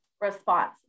response